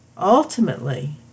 Ultimately